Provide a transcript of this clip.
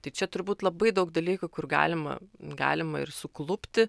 tai čia turbūt labai daug dalykų kur galima galima ir suklupti